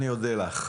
אני אודה לך.